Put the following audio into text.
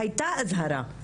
הייתה אזהרה.